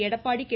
Edappadi K